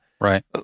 Right